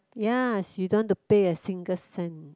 ya she don't want to pay a single cent